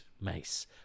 Mace